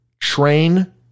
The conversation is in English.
train